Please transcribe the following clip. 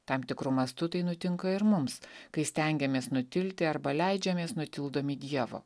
tam tikru mastu tai nutinka ir mums kai stengiamės nutilti arba leidžiamės nutildomi dievo